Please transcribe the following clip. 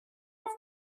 auf